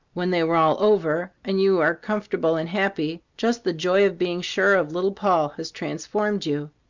when they are all over, and you are comfortable and happy, just the joy of being sure of little poll has transformed you.